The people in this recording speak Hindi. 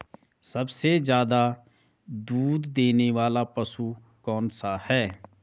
सबसे ज़्यादा दूध देने वाला पशु कौन सा है?